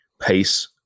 pace